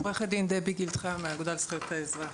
עורכת דין דבי גילד חיו מהאגודה לזכויות האזרח.